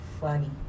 funny